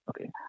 Okay